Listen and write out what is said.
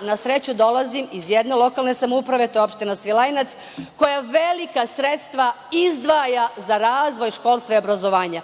Na sreću, ja dolazim iz jedne lokalne samouprave, to je opština Svilajnac, koja velika sredstva izdvaja za razvoj školskog obrazovanja.